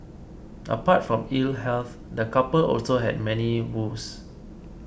apart from ill health the couple also had money woes